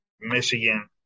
Michigan